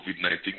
COVID-19